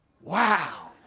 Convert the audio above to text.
wow